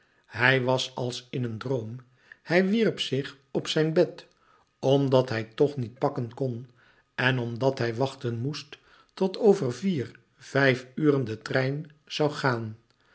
hij was als in een droom hij wierp zich op zijn bed omdat hij toch niet pakken kon louis couperus metamorfoze en omdat hij wachten moest tot over vier vijf uren de trein zoû gaan